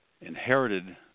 inherited